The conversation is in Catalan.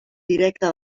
directe